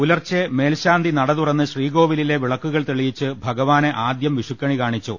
പുലർച്ചെ മേൽശാന്തി നട തുറന്ന് ശ്രീകോവിലിലെ വിളക്കുകൾ തെളിയിച്ച് ഭഗവാനെ ആദ്യം വിഷുക്കണി കാണിച്ചു